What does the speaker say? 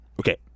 Okay